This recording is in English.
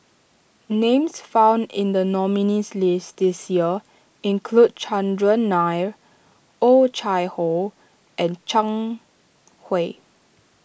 names found in the nominees' list this year include Chandran Nair Oh Chai Hoo and Zhang Hui